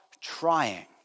trying